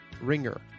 Ringer